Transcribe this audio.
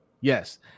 Yes